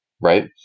right